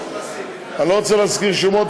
אני לא רוצה להזכיר שמות,